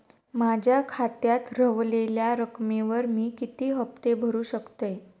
माझ्या खात्यात रव्हलेल्या रकमेवर मी किती हफ्ते भरू शकतय?